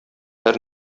һәр